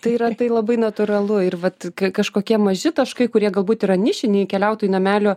tai yra tai labai natūralu ir vat kai kažkokie maži taškai kurie galbūt yra nišiniai keliautojai namelio